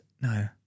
No